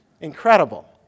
Incredible